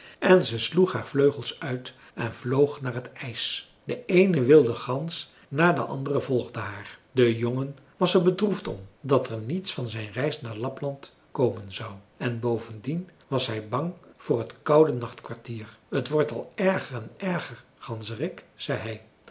en ze sloeg haar vleugels uit en vloog naar het ijs de eene wilde gans na de andere volgde haar de jongen was er bedroefd om dat er niets van zijn reis naar lapland komen zou en bovendien was hij bang voor het koude nachtkwartier t wordt al erger en erger ganzerik zei